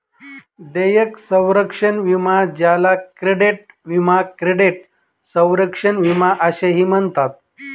देयक संरक्षण विमा ज्याला क्रेडिट विमा क्रेडिट संरक्षण विमा असेही म्हणतात